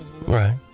right